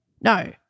No